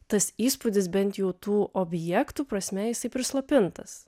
tas įspūdis bent jų tų objektų prasme jisai prislopintas